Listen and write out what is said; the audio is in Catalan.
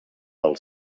del